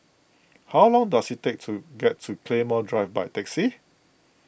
how long does it take to get to Claymore Drive by taxi